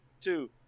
two